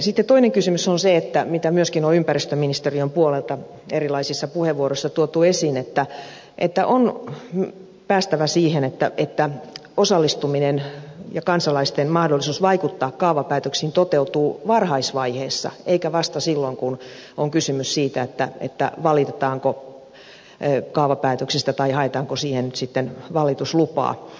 sitten toinen kysymys on se mitä myöskin on ympäristöministeriön puolelta erilaisissa puheenvuoroissa tuotu esiin että on päästävä siihen että osallistuminen ja kansalaisten mahdollisuus vaikuttaa kaavapäätöksiin toteutuu varhaisvaiheessa eikä vasta silloin kun on kysymys siitä valitetaanko kaavapäätöksistä tai haetaanko niihin nyt sitten valituslupaa